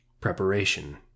PREPARATION